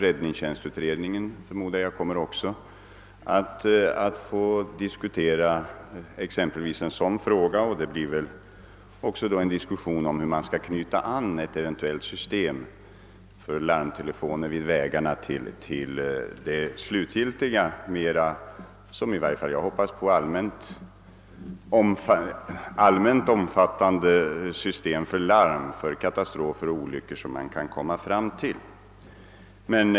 Räddningstjänstutredningen, förmodar jag, kommer också att diskutera exempelvis en sådan fråga. Det blir väl då också en diskussion om hur man skall knyta an ett eventuellt system för larmtelefoner vid vägarna till det slutgiltiga, som jag hoppas allmänt omfattande system för larm vid katastrofer och olyckor som man kan komma fram till.